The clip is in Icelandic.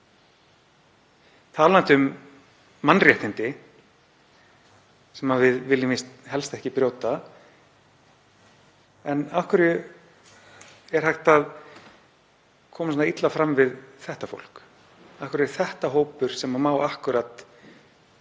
Talandi um mannréttindi, sem við viljum víst helst ekki brjóta, af hverju er hægt að koma illa fram við þetta fólk? Af hverju er þetta hópur sem má akkúrat